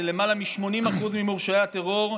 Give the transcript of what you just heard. למעלה מ-80% ממורשעי הטרור,